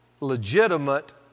legitimate